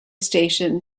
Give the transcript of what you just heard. station